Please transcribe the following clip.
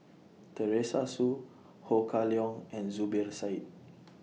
Teresa Hsu Ho Kah Leong and Zubir Said